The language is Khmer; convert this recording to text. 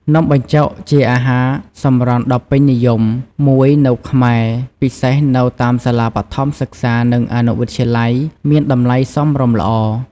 នំបញ្ចុកជាអាហារសម្រន់ដ៏ពេញនិយមមួយនៅខ្មែរ ពិសេសនៅតាមសាលាបឋមសិក្សា និងអនុវិទ្យាល័យ មានតម្លៃសមរម្យល្អ។